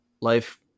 life